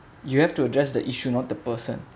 you have to address the issue not the person